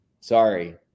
sorry